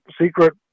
secret